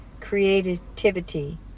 creativity